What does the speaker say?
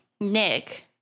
Nick